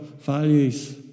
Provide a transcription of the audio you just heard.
values